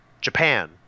Japan